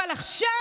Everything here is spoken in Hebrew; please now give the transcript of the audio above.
אבל עכשיו,